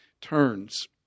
turns